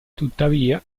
tuttavia